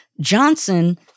Johnson